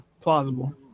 Plausible